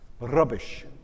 rubbish